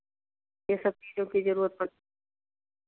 ये सब चीज़ों की ज़रूरत पड़